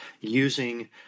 using